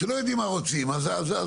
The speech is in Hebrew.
כשלא יודעים מה רוצים, אז זה פרטץ'.